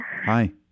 Hi